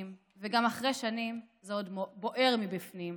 / וגם אחרי שנים זה עוד בוער מבפנים.